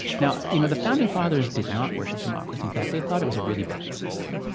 now, you know the founding fathers did not worship democracy. in fact, they thought it was a really bad system.